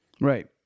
Right